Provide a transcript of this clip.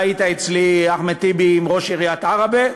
אתה היית אצלי, אחמד טיבי, עם ראש עיריית עראבה